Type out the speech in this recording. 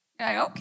okay